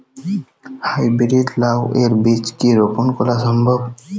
High breed লাও এর বীজ কি রোপন করা সম্ভব?